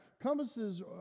compasses